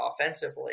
offensively